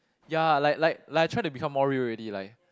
ya like like like I try to become more real already like